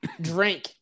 drink